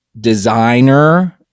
designer